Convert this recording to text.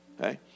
Okay